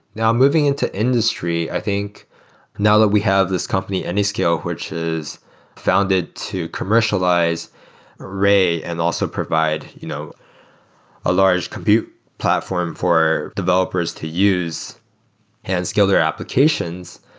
now, moving into industry, i think now that we have this company, anyscale, which is founded to commercialize ray and also provide you know a large compute platform for developers to use and scale their or applications.